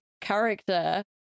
character